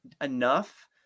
enough